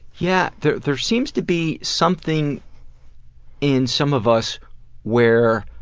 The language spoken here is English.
yeah, there there seems to be something in some of us where